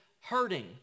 hurting